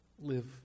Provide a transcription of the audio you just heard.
live